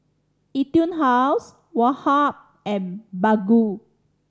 Etude House Woh Hup and Baggu